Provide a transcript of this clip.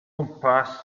gwmpas